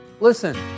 listen